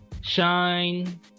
Shine